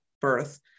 birth